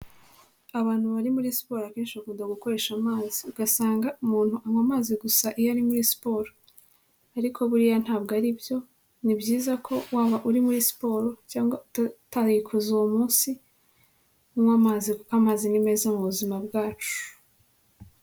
Abantu bari muri siporo akenshi bakunda gukoresha amazi ugasanga umuntu anywa amazi gusa iyo ari muri siporo, ariko buriya ntabwo ari byo ni byiza ko waba uri muri siporo cyangwa utayikoze uwo munsi ,unywa amazi kuko amazi ni meza mu buzima bwacu.